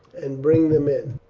and bring them in.